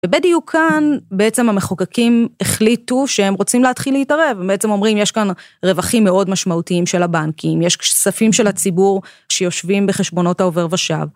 ובדיוק כאן בעצם המחוקקים החליטו שהם רוצים להתחיל להתערב, הם בעצם אומרים יש כאן רווחים מאוד משמעותיים של הבנקים, יש כספים של הציבור שיושבים בחשבונות העובר ושווא.